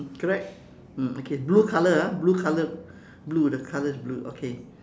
correct mm okay blue colour ah blue colour blue the colour is blue okay